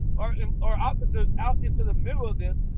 our um our officers out into the middle of this,